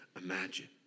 imagine